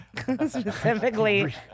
Specifically